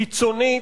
קיצונית,